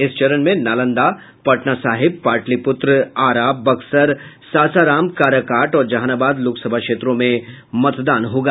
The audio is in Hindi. इस चरण में नालंदा पटना साहिब पाटलिपुत्र आरा बक्सर सासाराम काराकाट और जहानाबाद लोकसभा क्षेत्रों में मतदान होगा